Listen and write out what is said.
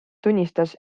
tunnistas